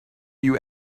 you